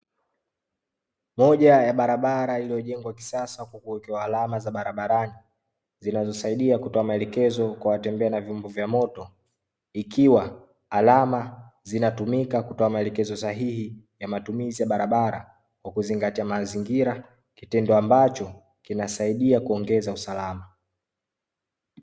Moja ya barabara iliyojengwa kisasa kwa kuwekewa alama za barabarani, zinazosaidia kutoa maelekezo kwa watembea na vyombo vya moto, ikiwa alama zinatumika kutoa maelekezo sahihi ya matumizi ya barabara, kwa kuzingatia mazingira, kitendo ambacho kinasaidia kuongeza usalama.